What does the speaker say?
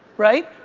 right?